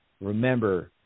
remember